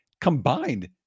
combined